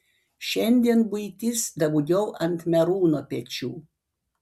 šiandien buitis daugiau ant merūno pečių